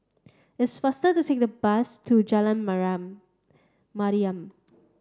it's faster to take the bus to Jalan Mariam